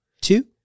two